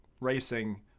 racing